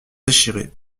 déchirées